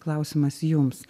klausimas jums